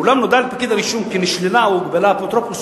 ואולם נודע לפקיד הרישום כי נשללה או הוגבלה האפוטרופסות